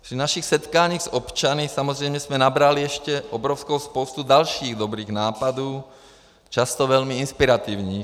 Při našich setkáních s občany samozřejmě jsme nabrali ještě obrovskou spoustu dalších dobrých nápadů, často velmi inspirativních.